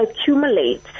accumulate